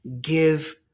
give